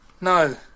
No